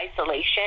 isolation